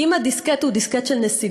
כי אם הדיסקט הוא דיסקט של נסיגות,